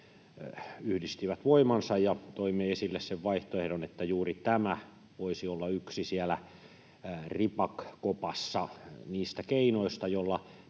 yhdistivät voimansa ja toimme esille sen vaihtoehdon, että juuri tämä voisi olla siellä ripakopassa yksi niistä keinoista, joilla